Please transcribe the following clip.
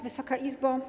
Wysoka Izbo!